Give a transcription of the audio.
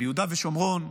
ביהודה ושומרון,